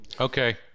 Okay